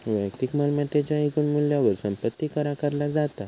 वैयक्तिक मालमत्तेच्या एकूण मूल्यावर संपत्ती कर आकारला जाता